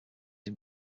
him